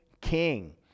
King